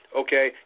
okay